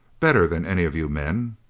better than any of you men.